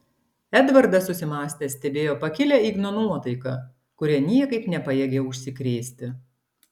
edvardas susimąstęs stebėjo pakilią igno nuotaiką kuria niekaip nepajėgė užsikrėsti